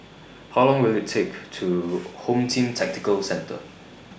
How Long Will IT Take to Home Team Tactical Centre